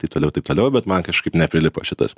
taip toliau taip toliau bet man kažkaip neprilipo šitas